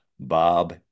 Bob